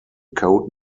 code